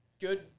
Good